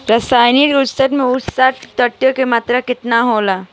रसायनिक उर्वरक मे पोषक तत्व के मात्रा केतना होला?